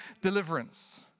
deliverance